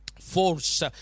force